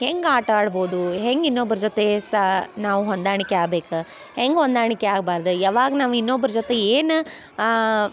ಹೆಂಗೆ ಆಟ ಆಡ್ಬೋದು ಹೆಂಗೆ ಇನ್ನೊಬ್ಬರ ಜೊತೆ ಸಾ ನಾವು ಹೊಂದಾಣಿಕೆ ಆಬೇಕು ಹೆಂಗೆ ಹೊಂದಾಣಿಕೆ ಆಬಾರ್ದು ಯಾವಾಗ ನಾವು ಇನ್ನೊಬ್ಬರ ಜೊತೆ ಏನು